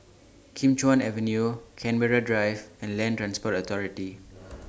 Kim Chuan Avenue Canberra Drive and Land Transport Authority